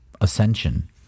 ascension